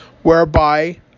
Whereby